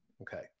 Okay